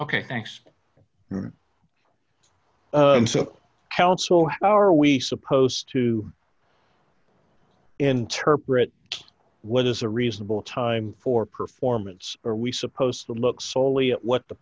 ok thanks held so how are we supposed to interpret what is a reasonable time for performance are we supposed to look soley at what the